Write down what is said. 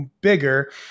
bigger